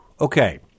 Okay